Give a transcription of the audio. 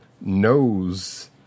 knows